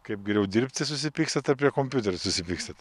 kaip geriau dirbti susipykstat ar prie kompiuterio susipykstat